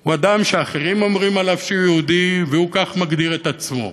הוא אדם שאחרים אומרים עליו שהוא יהודי והוא כך מגדיר את עצמו.